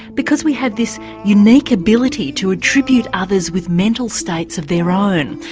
because we have this unique ability to attribute others with mental states of their own,